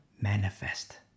manifest